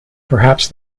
perhaps